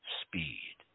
speed